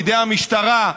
בידי המשטרה,